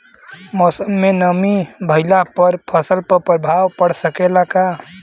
मौसम में नमी भइला पर फसल पर प्रभाव पड़ सकेला का?